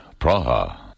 Praha